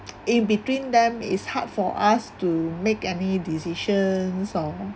in between them is hard for us to make any decisions or